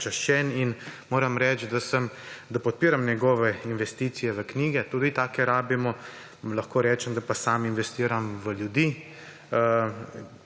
in moram reči, da podpiram njegove investicije v knjige, tudi take rabimo. Lahko rečem, da pa sam investiram v ljudi,